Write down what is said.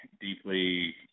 deeply